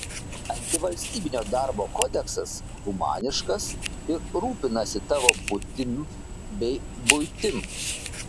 antivalstybinio darbo kodeksas humaniškas ir rūpinasi tavo būtim bei buitim